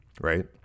right